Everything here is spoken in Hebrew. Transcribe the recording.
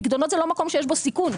פיקדונות זה לא מקום שיש בו סיכון.